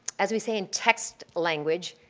as we say in text language,